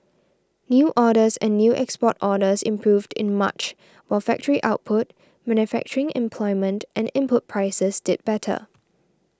new orders and new export orders improved in March while factory output manufacturing employment and input prices did better